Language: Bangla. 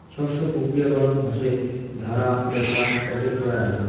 শস্য প্রক্রিয়াকরণ হসে ঝাড়া, ব্যাছা, প্যাকেট করা আদি